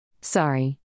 Sorry